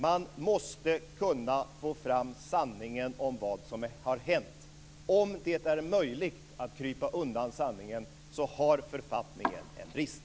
Man måste kunna få fram sanningen om vad som har hänt. Om det är möjligt att krypa undan sanningen har författningen en brist.